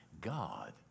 God